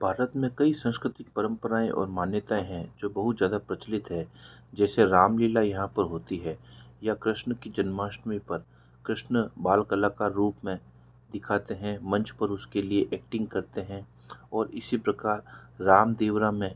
भारत में कई संस्कृतिक परम्पराएँ और मान्यताएँ हैं जो बहुत ज़्यादा प्रचलित है जैसे रामलीला यहाँ पर होती है या कृष्ण की जन्माष्टमी पर कृष्ण बाल कला का रूप में दिखाते हैं मंच पर उसके लिए एक्टिंग करते हैं और इसी प्रकार राम दिवरम में